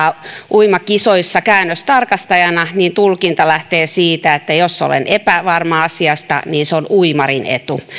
uimakisoissa käännöstarkastajana tulkinta lähtee siitä että jos olen epävarma asiasta niin se on uimarin etu